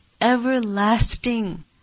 everlasting